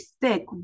thick